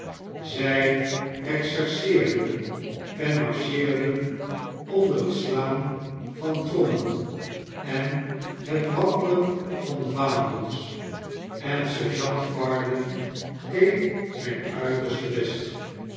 zij exerceerden en marcheerden onder het slaan van trommen en het wapperen van vaandels en sergeant varden deed zijn uiterste best